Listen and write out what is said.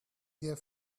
their